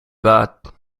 bad